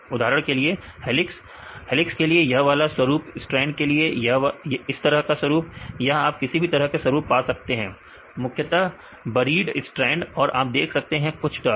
उदाहरण के लिए हेलिक्स के लिए यह वाला स्वरूप स्ट्रैंड के लिए इस तरह का स्वरूप या आप किसी भी तरह का स्वरूप पा सकते हैं मुख्यतः बरीड स्ट्रैंड और आप देख सकते हैं कुछ टर्न